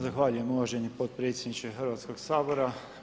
Zahvaljujem uvaženi potpredsjedniče Hrvatskog sabora.